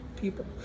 people